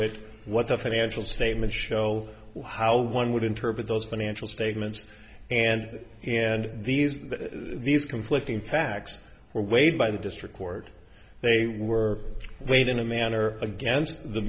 it what the financial statements show how one would interpret those financial statements and and these these conflicting facts were weighed by the district court they were weighed in a manner against the